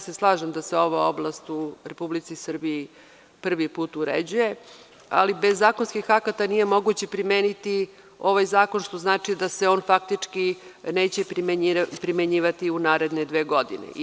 Slažem se da se ova oblast u Republici Srbiji prvi put uređuje, ali bez zakonskih akata nije moguće primeniti ovaj zakon, što znači da se on faktički neće primenjivati u naredne dve godine.